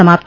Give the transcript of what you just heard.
समाप्त